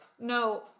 No